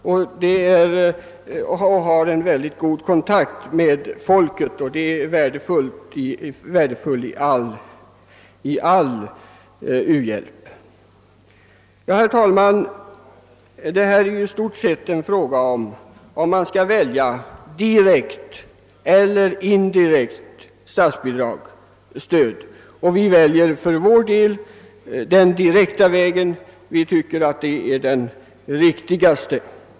De har mycket god kontakt med folket, och det är värdefullt i all uhjälp. Här gäller det om vi skall ha direkt eller indirekt statligt stöd, och vi väljer för vår del den direkta vägen, som vi tycker är den riktigaste.